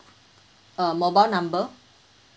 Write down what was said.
uh mobile number